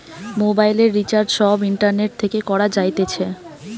মোবাইলের রিচার্জ সব ইন্টারনেট থেকে করা যাইতেছে